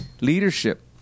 Leadership